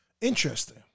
Interesting